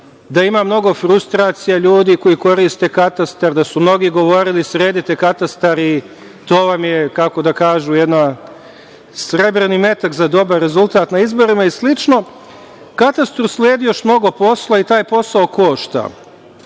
da ima mnogo frustracija ljudi koji koriste katastar, da su mnogi govorili – sredite katastar i to vam je, kako da kažem, jedan srebrni metak za dobar rezultat na izborima i slično. Katastru sledi još mnogo posla i taj posao košta.S